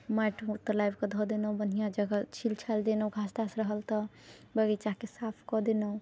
माटि लाबि कऽ धऽ देलहुँ बढ़िआँ जगह छिल छालि देलहुँ घास तास रहल तऽ बगीचाके साफ कऽ देलहुँ